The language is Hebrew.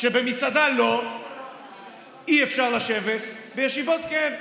שבמסעדה אי-אפשר לשבת, ובישיבות כן.